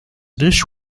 dish